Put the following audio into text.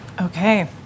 Okay